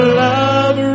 love